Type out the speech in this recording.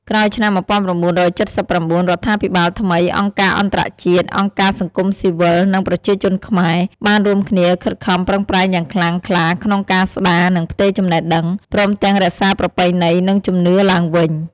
ក្រោយឆ្នាំ១៩៧៩ រដ្ឋាភិបាលថ្មី អង្គការអន្តរជាតិ អង្គការសង្គមស៊ីវិលនិងប្រជាជនខ្មែរ បានរួមគ្នាខិតខំប្រឹងប្រែងយ៉ាងខ្លាំងក្លាក្នុងការស្តារ និងផ្ទេរចំណេះដឹង ព្រមទាំងរក្សាប្រពៃណី និងជំនឿឡើងវិញ។